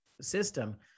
system